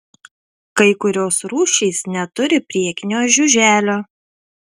kai kurios rūšys neturi priekinio žiuželio